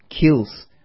kills